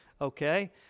Okay